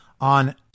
on